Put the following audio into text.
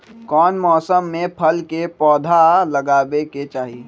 कौन मौसम में फल के पौधा लगाबे के चाहि?